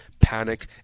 panic